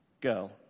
girl